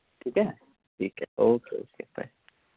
ठीक ऐ ठीक ऐ ओके ओके बाय